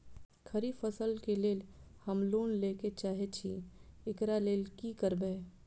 खरीफ फसल केँ लेल हम लोन लैके चाहै छी एकरा लेल की करबै?